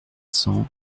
cents